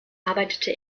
arbeitete